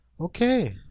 Okay